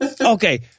Okay